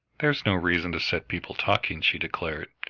there's no reason to set people talking, she declared.